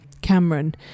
Cameron